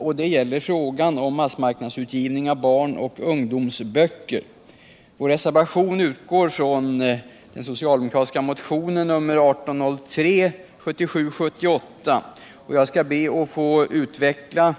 och det gäller frågan om massmarknadsutgivning av barn och ungdomsböcker. Vår reservation utgår från den socialdemokratiska motionen 1977/78:1803. Jag skall be att få utveckla